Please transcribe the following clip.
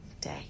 day